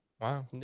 wow